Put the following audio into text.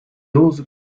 also